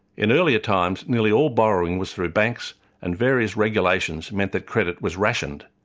in earlier times, nearly all borrowing was through banks and various regulations meant that credit was rationed.